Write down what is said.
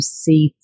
see